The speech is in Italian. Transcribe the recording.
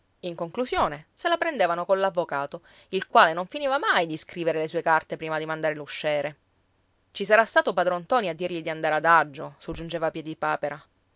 in conclusione se la prendevano coll'avvocato il quale non finiva mai di scrivere le sue carte prima di mandare l'usciere ci sarà stato padron ntoni a dirgli di andare adagio soggiungeva